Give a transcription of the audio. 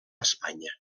espanya